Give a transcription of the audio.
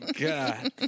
god